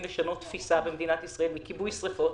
לשנות תפיסה במדינת ישראל מכיבוי שריפות,